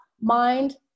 mind